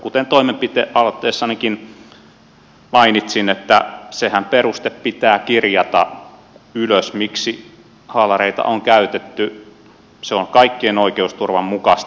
kuten toimenpidealoitteessanikin mainitsin se perustehan pitää kirjata ylös miksi haalareita on käytetty se on kaikkien oikeusturvan mukaista